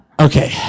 Okay